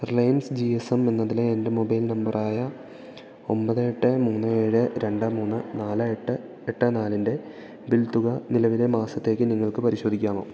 Reliance G S M എന്നതിലെ എൻ്റെ mobile നമ്പറായ ഒന്പത് എട്ട് മൂന്ന് ഏഴ് രണ്ട് മൂന്ന് നാല് എട്ട് എട്ട് നാലിന്റെ ബിൽ തുക നിലവിലെ മാസത്തേക്ക് നിങ്ങൾക്കു പരിശോധിക്കാമോ